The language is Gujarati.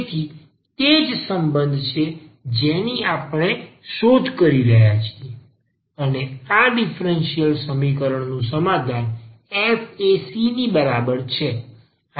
તેથી તે જ સંબંધ છે જેની આપણે શોધી રહ્યા છીએ અને આ આ ડીફરન્સીયલ સમીકરણ નું સમાધાન f એ c ની બરાબર છે